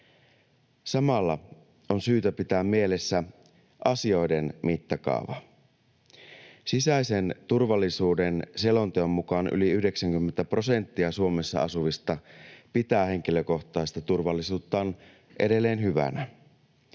Samalla on syytä pitää mielessä asioiden mittakaava. Sisäisen turvallisuuden selonteon mukaan yli 90 prosenttia Suomessa asuvista pitää henkilökohtaista turvallisuuttaan edelleen hyvänä.